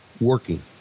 working